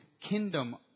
kingdom